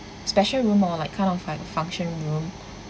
special room or like kind of like a function room